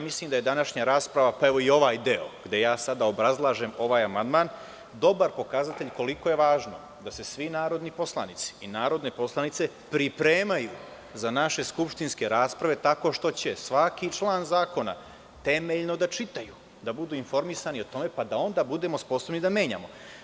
Mislim da je današnja rasprava, pa i ovaj deo gde ja sada obrazlažem ovaj amandman dobar pokazatelj, koliko je važno da se svi narodni poslanici i poslanice pripremaju za naše skupštinske rasprave, tako što će svaki član zakona temeljno da čitaju, da budu informisani o tome, pa da onda budemo sposobni da menjamo.